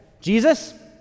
Jesus